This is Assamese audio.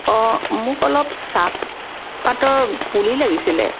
অঁ মোক অলপ চাহ পাতৰ পুলি লাগিছিলে